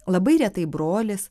labai retai brolis